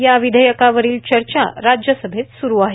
या विधेयकावरील चर्चा राज्यसभेत सुरु आहे